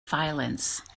violence